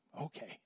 okay